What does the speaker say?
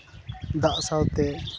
ᱫᱟᱜ ᱥᱟᱶᱛᱮ